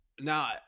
Now